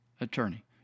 attorney